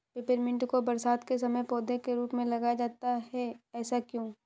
Peppermint को बरसात के समय पौधे के रूप में लगाया जाता है ऐसा क्यो?